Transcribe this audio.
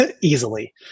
easily